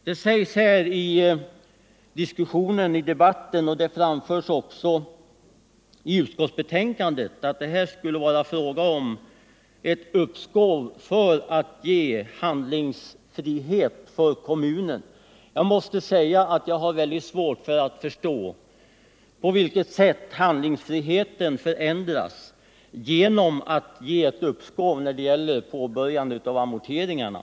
Det har sagts här i debatten och även i utskottsbetänkandet att det skulle vara fråga om ett uppskov för att ge kommunen handlingsfrihet. Jag måste säga att jag har väldigt svårt att förstå på vilket sätt handlingsfriheten förändras genom att man beviljar ett uppskov med påbörjande av amorteringarna.